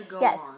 yes